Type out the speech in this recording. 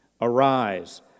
Arise